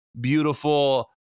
beautiful